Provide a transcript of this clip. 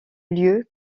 lieu